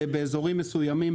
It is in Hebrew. באזורים מסוימים,